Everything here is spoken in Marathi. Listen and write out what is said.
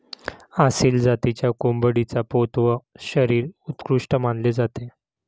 आसिल जातीच्या कोंबडीचा पोत व शरीर उत्कृष्ट मानले जाते